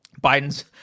Biden's